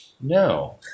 No